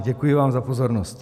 Děkuji vám za pozornost.